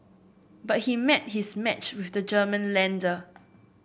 but he met his match with the German lender